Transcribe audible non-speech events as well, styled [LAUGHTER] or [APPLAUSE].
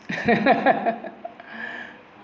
[LAUGHS]